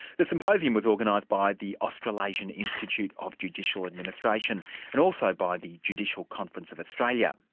the symposium was organised by the australasian institute of judicial administration and also by the judicial conference of australia.